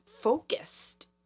focused